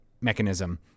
mechanism